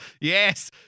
Yes